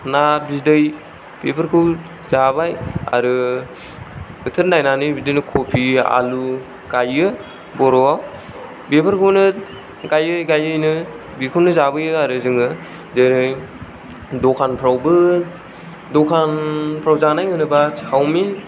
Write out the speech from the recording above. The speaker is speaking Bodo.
ना बिदै जाबाय आरो बोथोर नायनानै बिदिनो कफि आलु गायो बर'आ बेफोरखौनो गायै गायैनो बेखौनो जाबोयो आरो जोङो जेरै दखानफ्रावबो दखानफ्राव जानाय होनोबा चाउमिन